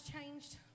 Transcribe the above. changed